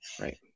right